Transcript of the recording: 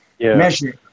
measure